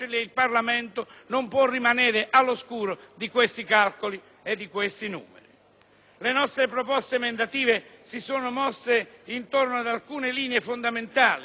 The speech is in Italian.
all'oscuro. Le nostre proposte emendative si sono mosse intorno ad alcune linee fondamentali: il rafforzamento del criterio di responsabilità